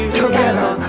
together